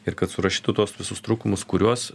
ir kad surašytų tuos visus trūkumus kuriuos